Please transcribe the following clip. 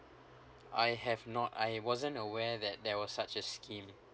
I have not I wasn't aware that there was such a scheme